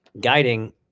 guiding